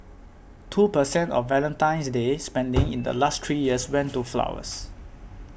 two per cent of Valentine's Day spending in the last three years went to flowers